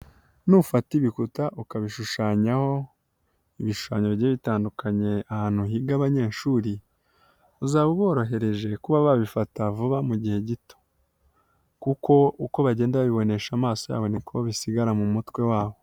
Nufata ibikuta ukabishushanyaho ibishushanyo bitandukanye ahantu higa abanyeshuri, uzaba uborohereje kuba babifata vuba mu gihe gito kuko uko bagenda babibonesha amaso yabo niko bisigara mu mutwe wabo.